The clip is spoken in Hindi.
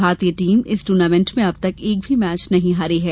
भारतीय टीम इस टूर्नामेंट में अब तक एक भी मैच नहीं हारी है